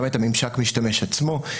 גם את ממשק המשתמש עצמו.